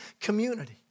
community